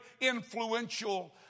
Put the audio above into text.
influential